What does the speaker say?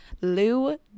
Lou